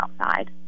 outside